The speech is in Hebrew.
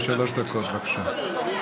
שלוש דקות, בבקשה.